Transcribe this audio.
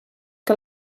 que